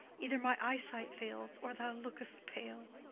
either my eyesight fails, or thou look'st pale.